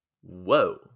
Whoa